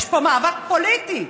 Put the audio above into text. יש פה מאבק פוליטי,